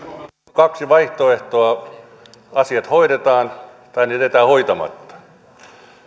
kaksi vaihtoehtoa asiat hoidetaan tai ne jätetään hoitamatta